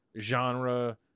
genre